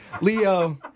leo